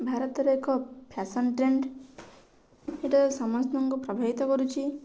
ଭାରତରେ ଏକ fashion trend ଏଇଟା ସମସ୍ତଙ୍କୁ ପ୍ରଭାବିତ କରୁଛି